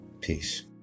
Peace